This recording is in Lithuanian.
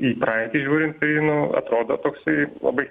į praeitį žiūrint tai nu atrodo toksai labai